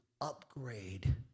upgrade